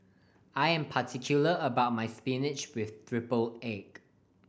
I am particular about my spinach with triple egg